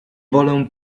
wolę